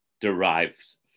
derives